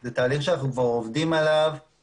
זה תהליך שאנחנו כבר עובדים עליו,